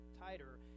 tighter